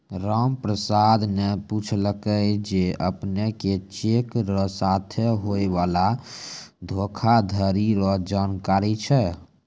रामप्रसाद न पूछलकै जे अपने के चेक र साथे होय वाला धोखाधरी रो जानकारी छै?